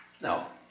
No